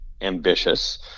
ambitious